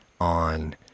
on